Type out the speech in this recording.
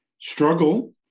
struggle